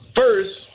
first